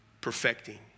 Perfecting